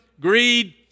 greed